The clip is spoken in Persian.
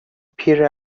پیر